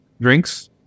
drinks